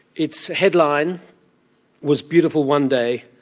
its headline was beautiful one day,